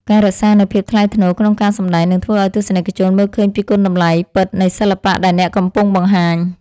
ការរក្សានូវភាពថ្លៃថ្នូរក្នុងការសម្តែងនឹងធ្វើឱ្យទស្សនិកជនមើលឃើញពីគុណតម្លៃពិតនៃសិល្បៈដែលអ្នកកំពុងបង្ហាញ។